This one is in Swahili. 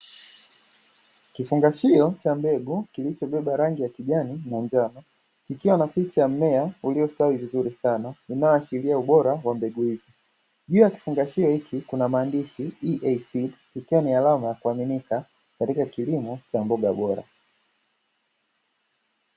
Kifungashio cha mbegu kilichobeba rangi ya kijani na njano, kikiwa na picha ya mmea uliostawi vizuri sana inayoashiria ubora wa mbegu hizi, juu ya kifungashio hiki kuna maandishi (EAC) ikiwa ni alama ya kuaminika katika kilimo cha mboga bora.